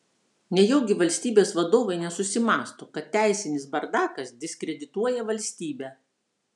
nejaugi valstybės vadovai nesusimąsto kad teisinis bardakas diskredituoja valstybę